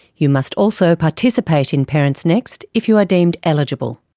you must also participate in parentsnext if you are deemed eligible.